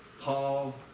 Paul